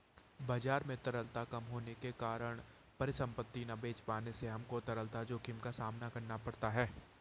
बाजार में तरलता कम होने के कारण परिसंपत्ति ना बेच पाने से हमको तरलता जोखिम का सामना करना पड़ता है